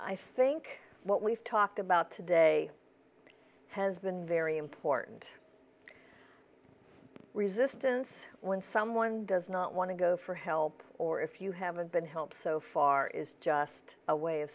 i think what we've talked about today has been very important resistance when someone does not want to go for help or if you haven't been help so far is just a way of